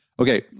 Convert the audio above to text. Okay